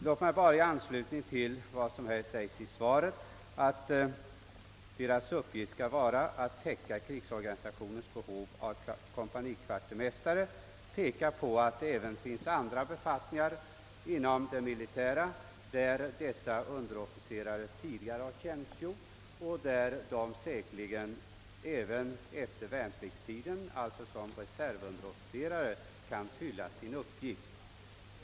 Låt mig bara i anslutning till vad som säges i svaret, att »dessa underofficerares uppgift skall vara att täcka krigsorganisationens behov av kompanikvartermästare», peka på att det även finns andra befattningar inom det militära, där dessa underofficerare tidigare har tjänstgjort och där de säkerligen även efter värnpliktstiden — alltså som reservunderofficerare — kan göra en betydelsefull insats.